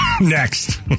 Next